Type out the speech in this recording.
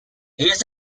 his